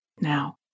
Now